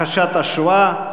הכחשת השואה,